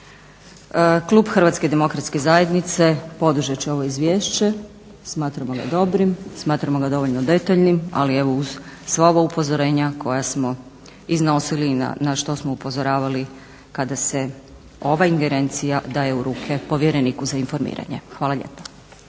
Klub Hrvatske demokratske zajednice podržat će ovo Izvješće. Smatramo ga dobrim, smatramo ga dovoljno detaljnim. Ali evo uz sva ova upozorenja koja smo iznosili i na što smo upozoravali kada se ova ingerencija daje u ruke Povjereniku za informiranje. Hvala lijepa.